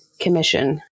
Commission